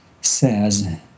says